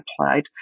applied